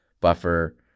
buffer